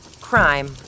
Crime